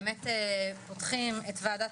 אנחנו פותחים את וועדת